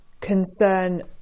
concern